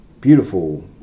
beautiful